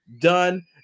done